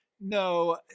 No